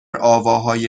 آواهای